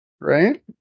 Right